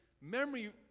memory